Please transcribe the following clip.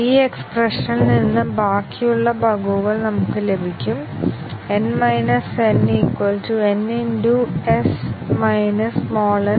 കൂടാതെ ഈ എക്സ്പ്രെഷനിൽ നിന്ന് ബാക്കിയുള്ള ബഗുകൾ നമുക്ക് ലഭിക്കും N n n s